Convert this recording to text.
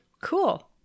cool